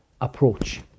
approach